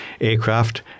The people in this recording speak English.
Aircraft